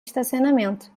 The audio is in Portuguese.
estacionamento